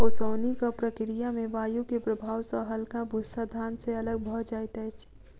ओसौनिक प्रक्रिया में वायु के प्रभाव सॅ हल्का भूस्सा धान से अलग भअ जाइत अछि